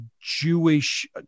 Jewish